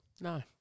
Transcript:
No